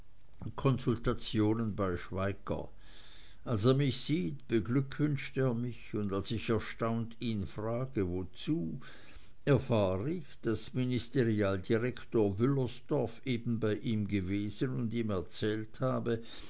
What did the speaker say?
konsultationen bei schweigger als er mich sieht beglückwünscht er mich und als ich erstaunt ihn frage wozu erfahre ich daß ministerialdirektor wüllersdorf bei ihm gewesen und ihm erzählt habe